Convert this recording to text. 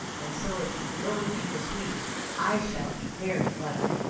and so if you can go with me this week i shall be very glad.